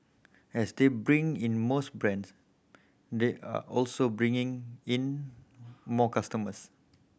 as they bring in more brands they are also bringing in more customers